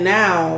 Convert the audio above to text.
now